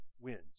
wins